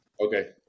Okay